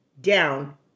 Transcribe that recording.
down